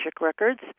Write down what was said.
Records